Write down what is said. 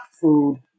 food